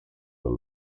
dal